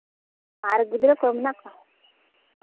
ᱟᱨ ᱜᱤᱫᱽᱨᱟᱹ ᱠᱚ ᱢᱮᱱᱟᱜ ᱠᱚᱣᱟ